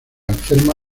enferma